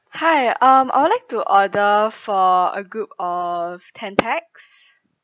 hi um I will like to order for a group of ten pax